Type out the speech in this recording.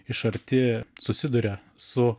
iš arti susiduria su